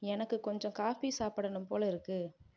எனக்கு கொஞ்சம் காஃபி சாப்பிடணும் போல் இருக்குது